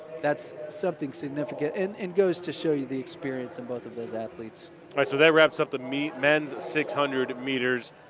that's something significant. and and goes to show you the experience in both of those athletes. will so that wraps up the i mean men's six hundred meters,